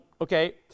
okay